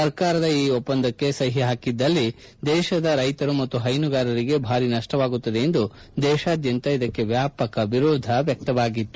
ಸರ್ಕಾರ ಈ ಒಪ್ಪಂದಕ್ಕೆ ಸಹಿ ಹಾಕಿದಲ್ಲಿ ದೇಶದ ರೈತರು ಮತ್ತು ಪೈನುಗಾರರಿಗೆ ಭಾರಿ ನಷ್ಟವಾಗುತ್ತದೆ ಎಂದು ದೇಶಾದ್ಯಂತ ಇದಕ್ಕೆ ವ್ಯಾಪಕ ವಿರೋಧ ವ್ವಕ್ತವಾಗಿತ್ತು